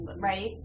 right